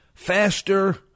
Faster